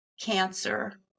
cancer